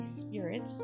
spirits